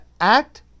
act